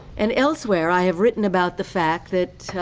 and elsewhere i have written about the fact that